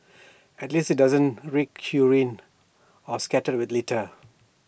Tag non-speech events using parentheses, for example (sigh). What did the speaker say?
at least IT doesn't reek (unintelligible) or scattered with litter